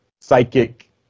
psychic